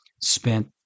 spent